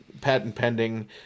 patent-pending